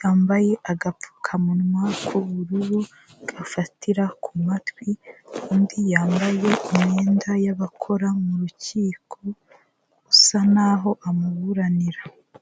yambaye agapfukamunwa k'ubururu gafatira ku matwi undi yambaye imyenda y'abakora mu rukiko usa naho amuburanira.